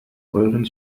euren